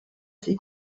ses